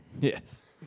Yes